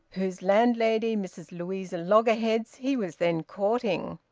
whose landlady, mrs louisa loggerheads, he was then courting.